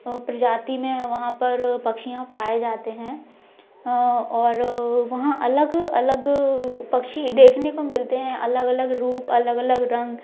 प्रजाति में वहाँ पर पक्षियाँ पाए जाते है और वहाँ अलग अलग पक्षी देखने को मिलते है अलग अलग रूप अलग अलग रंग